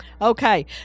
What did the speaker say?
Okay